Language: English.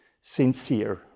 sincere